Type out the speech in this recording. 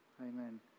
Amen